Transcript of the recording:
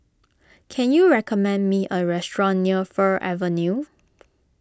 can you recommend me a restaurant near Fir Avenue